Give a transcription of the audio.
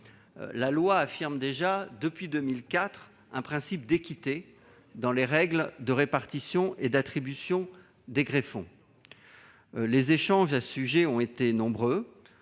La loi affirme déjà depuis 2004 un principe d'équité dans les règles de répartition et d'attribution des greffons. Les échanges à ce sujet ont été nombreux.